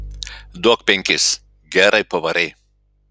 duok penkis gerai pavarei